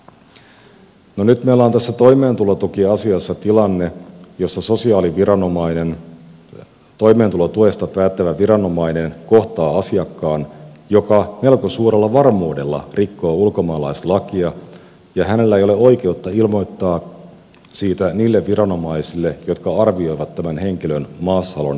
no nyt meillä on tässä toimeentulotukiasiassa tilanne jossa sosiaaliviranomainen toimeentulotuesta päättävä viranomainen kohtaa asiakkaan joka melko suurella varmuudella rikkoo ulkomaalaislakia ja hänellä ei ole oikeutta ilmoittaa siitä niille viranomaisille jotka arvioivat tämän henkilön maassaolon edellytysten täyttymistä